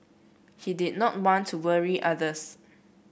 he did not want to worry others